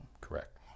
Correct